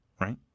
right